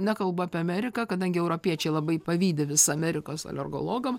nekalbu apie ameriką kadangi europiečiai labai pavydi vis amerikos alergologam